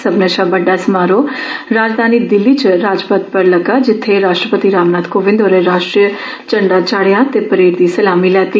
सब्बने शा बड्डा समारोह राजधानी दिल्ली च राजपथ पर लग्गा जित्थे राश्ट्रपति रामनाथ कोविन्द होरें राश्ट्रीय झप्ठा चाढ़ेया ते परेड दी सलामी लैती